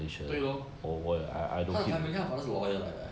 对 lor 他的 family 他的 father 是 lawyer 来的 leh